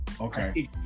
Okay